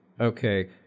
okay